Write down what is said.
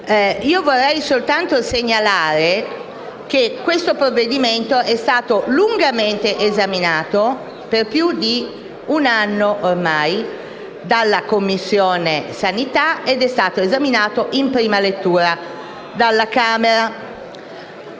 vorrei soltanto segnalare che questo provvedimento è stato lungamente esaminato, per più di un anno ormai, dalla Commissione sanità ed è stato esaminato in prima lettura dalla Camera